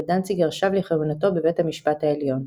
ודנציגר שב לכהונתו בבית המשפט העליון.